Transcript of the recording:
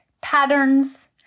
patterns